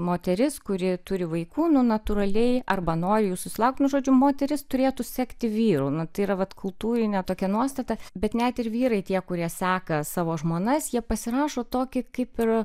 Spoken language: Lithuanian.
moteris kuri turi vaikų nu natūraliai arba nori jų susilaukt nu žodžiu moteris turėtų sekti vyrų nu tai yra vat kultūrinė tokia nuostata bet net ir vyrai tie kurie seka savo žmonas jie pasirašo tokį kaip ir